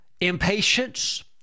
impatience